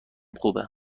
خوبه